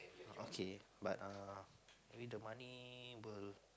okay but err with the money will